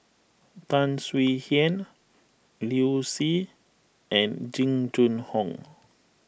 Tan Swie Hian Liu Si and Jing Jun Hong